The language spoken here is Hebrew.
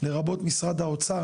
לרבות משרד האוצר,